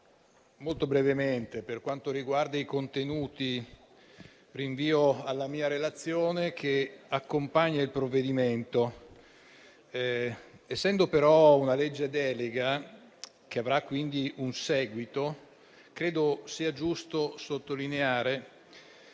la relazione. Per quanto riguarda i contenuti, rinvio alla relazione che accompagna il provvedimento. Essendo, però, un disegno di legge delega, che avrà quindi un seguito, credo sia giusto sottolineare